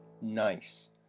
Nice